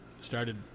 started